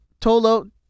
Tolo